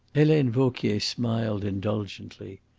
helena vauquier smiled indulgently.